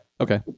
Okay